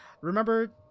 Remember